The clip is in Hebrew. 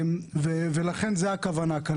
ולכן זו הכוונה כאן.